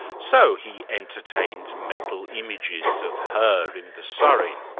so he entertaines mental images of her in the surrey.